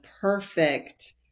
perfect